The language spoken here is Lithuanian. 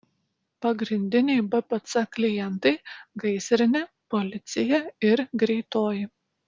pagrindiniai bpc klientai gaisrinė policija ir greitoji